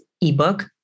ebook